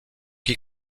qui